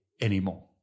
anymore